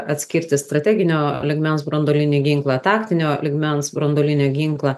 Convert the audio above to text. atskirti strateginio lygmens branduolinį ginklą taktinio lygmens branduolinį ginklą